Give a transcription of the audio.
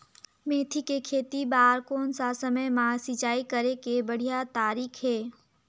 मेथी के खेती बार कोन सा समय मां सिंचाई करे के बढ़िया तारीक हे?